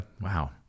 Wow